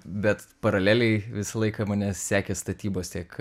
bet paraleliai visą laiką mane sekė statybos tiek